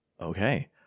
okay